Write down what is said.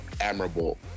admirable